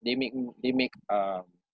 they make mm they make uh